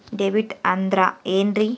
DBT ಅಂದ್ರ ಏನ್ರಿ?